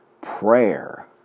prayer